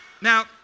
Now